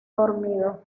dormido